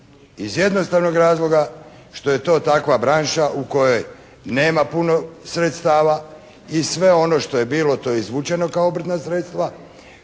iz jednostavnog razloga što je to takva branša u kojoj nema puno sredstava i sve ono što je bilo to je izvučeno kao obrtna sredstva,